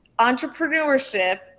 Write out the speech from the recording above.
entrepreneurship